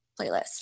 playlist